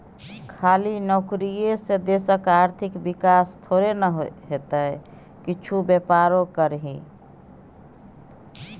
खाली नौकरीये से देशक आर्थिक विकास थोड़े न हेतै किछु बेपारो करही